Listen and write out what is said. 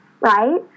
right